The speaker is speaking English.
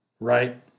right